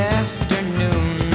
afternoon